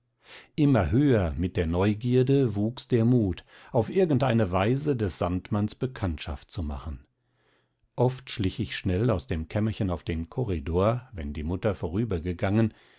immer höher mit der neugierde wuchs der mut auf irgend eine weise des sandmanns bekanntschaft zu machen oft schlich ich schnell aus dem kämmerchen auf den korridor wenn die mutter vorübergegangen